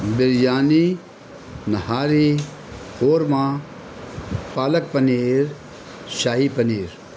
biryani nihari korma palak paneer shahi paneer